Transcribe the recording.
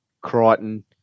Crichton